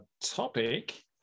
topic